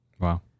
Wow